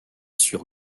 sur